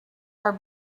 are